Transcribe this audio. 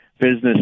business